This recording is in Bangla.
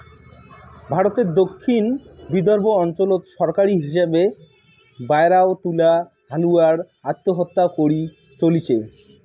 ভারতর দক্ষিণ বিদর্ভ অঞ্চলত সরকারী হিসাবের বায়রাও তুলা হালুয়ালার আত্মহত্যা করি চলিচে